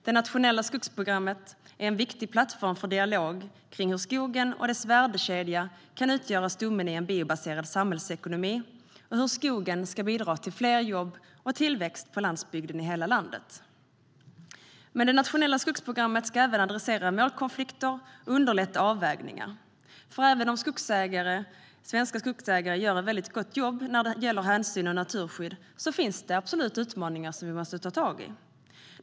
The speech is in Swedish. Det nationella skogsprogrammet är en viktig plattform för dialog om hur skogen och dess värdekedja kan utgöra stommen i en biobaserad samhällsekonomi och hur skogen kan bidra till fler jobb och tillväxt på landsbygden i hela landet. Men det nationella skogsprogrammet ska även adressera målkonflikter och underlätta avvägningar, för även om svenska skogsägare gör ett gott jobb när det gäller hänsyn och naturskydd finns det absolut utmaningar som vi måste ta tag i.